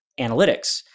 analytics